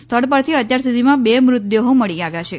સ્થળ પરથી અત્યાર સુધીમાં બે મૃતદેહો મળી આવ્યા છે